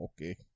okay